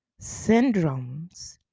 syndromes